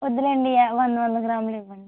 వద్దులెండి అల్లం వంద గ్రాములివ్వండి